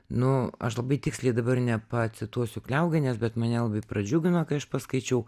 nu aš labai tiksliai dabar nepacituosiu kliaugienės bet mane labai pradžiugino kai aš paskaičiau